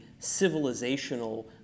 civilizational